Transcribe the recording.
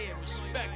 Respect